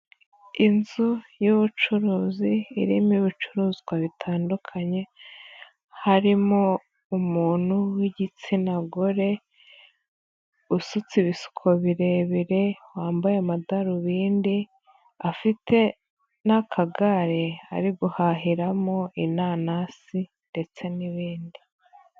Inzu y'ubucuruzi irimo ibicuruzwa bitandukanye harimo umuntu w'igitsina gore, usutse ibisuko birebire wambaye amadarubindi afite n'akagare ari guhahiramo inanasi ndetse n'ibindi.